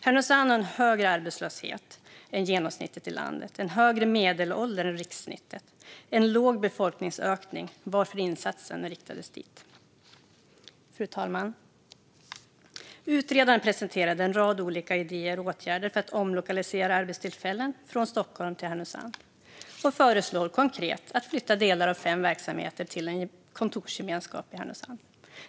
Härnösand har en högre arbetslöshet än genomsnittet i landet, en högre medelålder än rikssnittet och en låg befolkningsökning, varför insatsen riktades dit. Fru talman! Utredaren presenterade en rad olika idéer och åtgärder för att omlokalisera arbetstillfällen från Stockholm till Härnösand och föreslog konkret att flytta delar av fem verksamheter till en kontorsgemenskap i Härnösand.